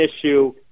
issue